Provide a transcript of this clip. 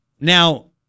Now